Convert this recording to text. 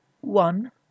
One